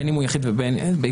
בין אם הוא יחיד ובין אם לא,